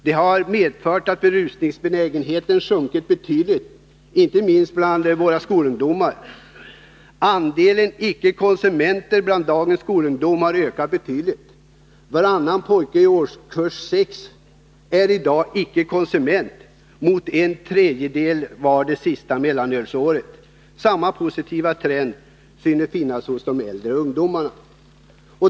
Det har medfört att berusningsbenägenheten sjunkit betydligt — inte minst hos våra skolungdomar. Andelen icke-konsumenter bland dagens skolungdom har ökat betydligt. Varannan pojke i årskurs 6 är i dag icke-konsument, mot en tredjedel det sista mellanölsåret. Samma positiva trend kan noteras hos de äldre ungdomarna.